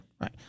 Right